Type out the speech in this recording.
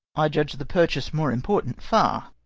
i judge the purchase more important far.